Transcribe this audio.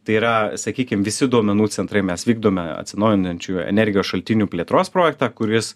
tai yra sakykim visi duomenų centrai mes vykdome atsinaujinančių energijos šaltinių plėtros projektą kuris